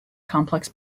complex